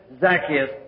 Zacchaeus